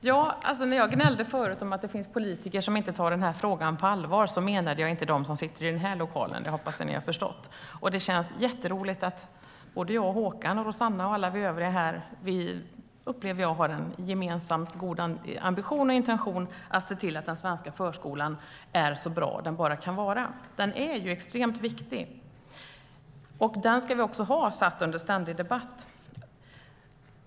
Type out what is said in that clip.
Herr talman! När jag gnällde förut över att det finns politiker som inte tar den här frågan på allvar menade jag inte dem som sitter i den här lokalen. Det hoppas jag att ni har förstått. Det känns jätteroligt att jag, Rossana, Håkan och de övriga här upplever att vi har en gemensam god ambition och intention att se till att den svenska förskolan blir så bra som den bara kan vara. Förskolan är extremt viktig, och den ska vi ha under ständig debatt.